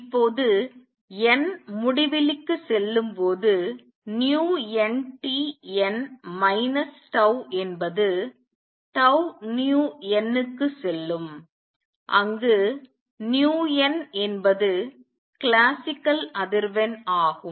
இப்போது n முடிவிலிக்கு செல்லும்போது nu n t n minus tau என்பது tau nu n க்கு செல்லும் அங்கு nu n என்பது கிளாசிக்கல் அதிர்வெண் ஆகும்